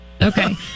Okay